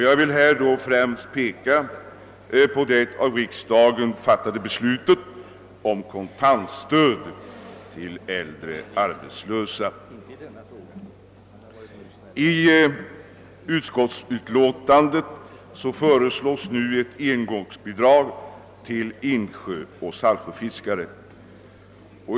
Jag vill främst peka på det av riksdagen fattade beslutet om kontantstöd till äldre arbetslösa. I utskottets utlåtande föreslås nu ett engångsbidrag till insjöoch saltsjöfiskare.